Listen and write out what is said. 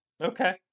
okay